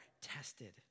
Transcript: tested